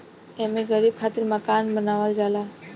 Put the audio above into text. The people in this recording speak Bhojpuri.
एमे गरीब खातिर मकान बनावल जाला